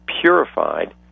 purified